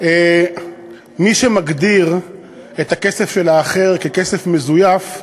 מי שמגדיר את הכסף של האחר ככסף מזויף,